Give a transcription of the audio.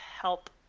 help